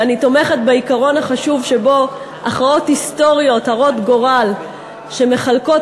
שאני תומכת בעיקרון החשוב שלפיו הכרעות היסטוריות הרות גורל שמחלקות